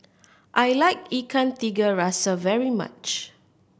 I like Ikan Tiga Rasa very much